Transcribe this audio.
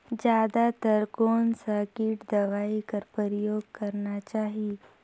जादा तर कोन स किट दवाई कर प्रयोग करना चाही?